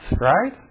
right